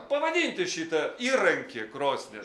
pavadinti šitą įrankį krosnies